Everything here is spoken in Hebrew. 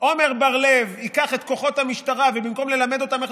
עמר בר לב ייקח את כוחות המשטרה ובמקום ללמד אותם איך